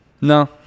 No